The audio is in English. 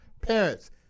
Parents